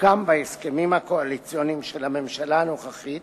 סוכם בהסכמים הקואליציוניים של הממשלה הנוכחית